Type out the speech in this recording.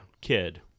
Kid